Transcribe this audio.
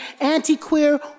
anti-queer